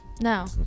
No